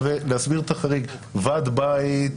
ועד בית,